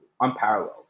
unparalleled